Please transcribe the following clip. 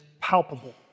palpable